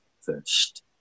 first